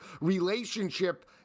relationship